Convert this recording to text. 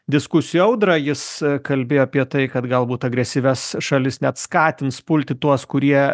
diskusijų audrą jis kalbėjo apie tai kad galbūt agresyvias šalis net skatins pulti tuos kurie